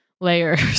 layers